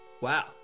Wow